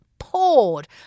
poured